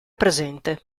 presente